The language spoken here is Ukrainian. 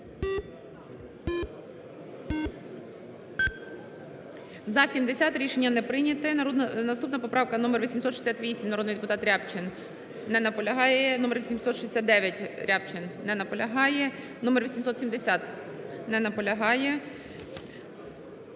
За-70 Рішення не прийняте. Наступна поправка номер 868, народний депутат Рябчин. Не наполягає. Номер 869, Рябчин. Не наполягає. Номер 870. Не наполягає.